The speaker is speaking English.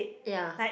ya